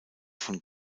von